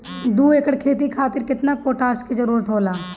दु एकड़ खेती खातिर केतना पोटाश के जरूरी होला?